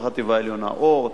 בחטיבה העליונה "אורט",